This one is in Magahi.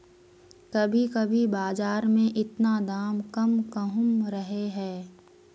कभी कभी बाजार में इतना दाम कम कहुम रहे है?